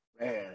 Man